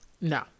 no